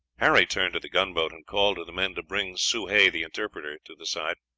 harry turned to the gunboat, and called to the men to bring soh hay, the interpreter, to the side.